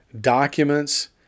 documents